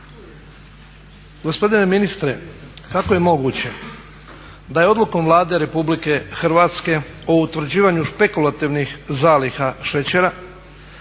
Gospodine ministre kako je moguće da je odlukom Vlade Republike Hrvatske o utvrđivanju špekulativnih zaliha šećera